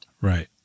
Right